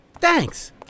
Thanks